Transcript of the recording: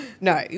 no